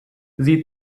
sie